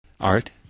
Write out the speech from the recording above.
Art